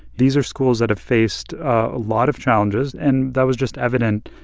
these are schools that have faced a lot of challenges. and that was just evident,